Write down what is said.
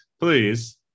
please